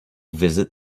visit